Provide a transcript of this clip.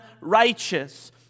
righteous